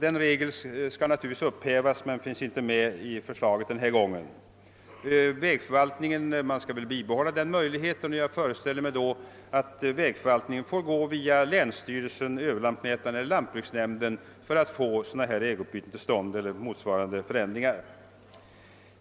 En sådan möjlighet skall väl bibehållas, och jag föreställer mig att vägförvaltningen i framtiden kan gå via länsstyrelsen eller överlantmätaren för att få till stånd en förändring.